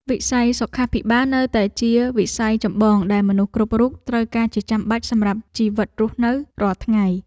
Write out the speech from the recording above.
វិស័យសុខាភិបាលនៅតែជាវិស័យចម្បងដែលមនុស្សគ្រប់រូបត្រូវការជាចាំបាច់សម្រាប់ជីវិតរស់នៅរាល់ថ្ងៃ។